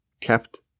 kept